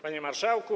Panie Marszałku!